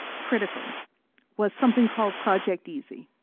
critical was something called project easi.